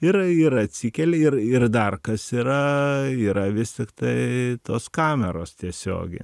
ir ir atsikeli ir ir dar kas yra yra vis tiktai tos kameros tiesiogiai